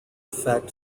effect